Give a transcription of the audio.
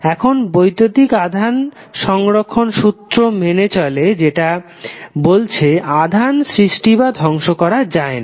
এখন বৈদ্যুতিক আধান সংরক্ষণ সুত্র মেনে চলে যেটা বলছে আধান সৃষ্টি বা ধ্বংস করা যায় না